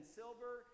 silver